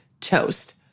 Toast